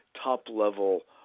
top-level